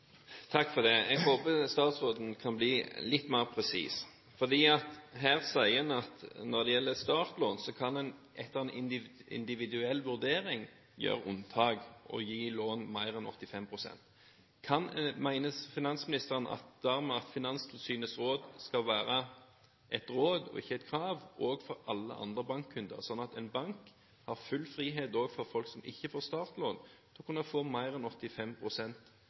Jeg håper statsråden kan bli litt mer presis. Her sier en at når det gjelder startlån, kan en etter en individuell vurdering gjøre unntak og gi lån på mer enn 85 pst. Mener finansministeren dermed at Finanstilsynets råd skal være et råd – og ikke et krav – også for alle andre bankkunder, sånn at en bank har full frihet til å gi folk som ikke får startlån, mer enn 85 pst. i lån til